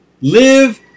Live